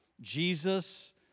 Jesus